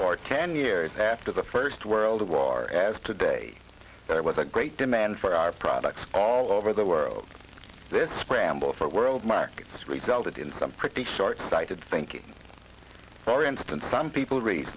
for ten years after the first world war as today there was a great demand for our products all over the world this scramble for world markets resulted in some pretty short sighted thinking for instance some people read